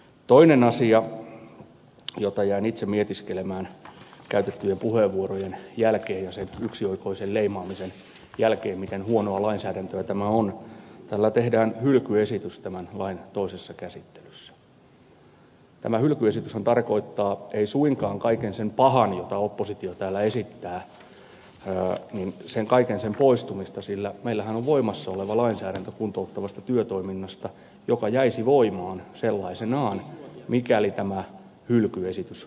toinen asia jota jäin itse mietiskelemään käytettyjen puheenvuorojen ja sen yksioikoisen leimaamisen jälkeen miten huonoa lainsäädäntöä tämä on täällä tehdään hylkyesitys lain toisessa käsittelyssä on se että hylkyesityshän ei suinkaan tarkoita kaiken sen pahan poistumista jota oppositio täällä esittää sillä meillähän on kuntouttavasta työtoiminnasta voimassa oleva lainsäädäntö joka jäisi voimaan sellaisenaan mikäli hylkyesitys toteutuisi